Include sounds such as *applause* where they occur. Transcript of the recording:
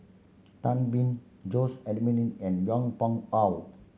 Tan Been Jose *unintelligible* and Yong Pung How